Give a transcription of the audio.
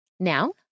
Now